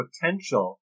potential